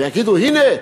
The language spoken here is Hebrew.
ויגידו: הנה,